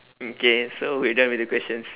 okay so we're done with the questions